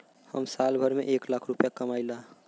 हम साल भर में एक लाख रूपया कमाई ला